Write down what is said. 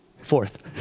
Fourth